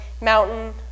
mountain